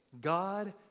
God